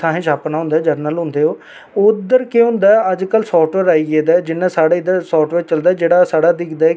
औऱ पहले ते मतलब कि जम्मू कशमीर च इक ऐसी कुछ परिवारे ने ऐसा करी ओड़े दा हा कि जाननी गी बाहर निकलने दा मौका ही नेई है दिंदे ऐहे